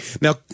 Now